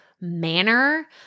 manner